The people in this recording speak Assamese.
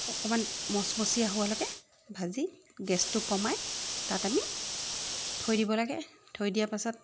অকণমান মচমচীয়া হোৱালৈকে ভাজি গেছটো কমাই তাত আমি থৈ দিব লাগে থৈ দিয়া পাছত